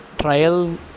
trial